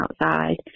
outside